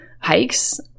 hikes